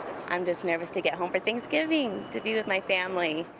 i'm just nervous to get home for thanksgiving, to be with my family